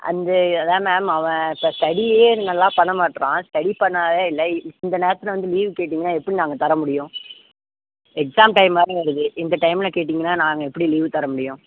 அந்த அதுதான் மேம் அவன் இப்போ ஸ்டடியே நல்லா பண்ண மாட்டேறான் ஸ்டடி பண்ணவே இல்லை இந்த நேரத்தில் வந்து லீவு கேட்டிங்னால் எப்படி நாங்கள் தரமுடியும் எக்ஸாம் டைம் மாதிரி வருது இந்த டைமில் கேட்டிங்கனால் நாங்கள் எப்படி லீவு தரமுடியும்